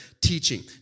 teaching